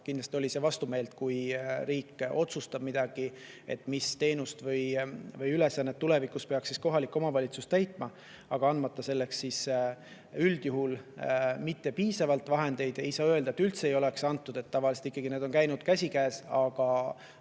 [olin], oli see vastumeelt, kui riik otsustas, mis teenust või ülesannet tulevikus peaks kohalik omavalitsus täitma, aga andis selleks siis üldjuhul mittepiisavalt vahendeid. Ei saa öelda, et üldse ei oleks antud, tavaliselt need on ikkagi käinud käsikäes, aga